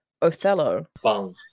Othello